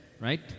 Right